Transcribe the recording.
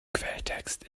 quelltext